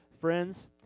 Friends